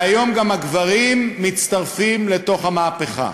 והיום גם הגברים מצטרפים למהפכה.